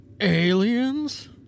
aliens